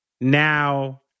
now